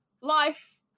life